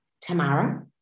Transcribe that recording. Tamara